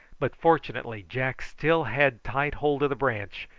but fortunately jack still had tight hold of the branch,